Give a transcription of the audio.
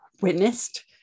witnessed